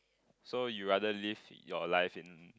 so you rather live your life in